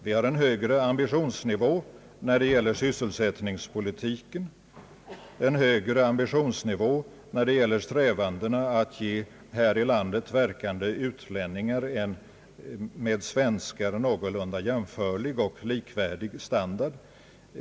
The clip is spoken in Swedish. Vi har en högre ambitionsnivå när det gäller sysselsättningspolitiken och när det gäller strävandena att ge här i landet verkande utlänningar en med svenskar någorlunda jämförlig och likvärdig standard.